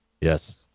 Yes